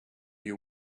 you